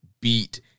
beat